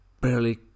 barely